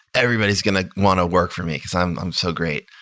everybody's going to want to work for me, because i'm i'm so great.